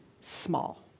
small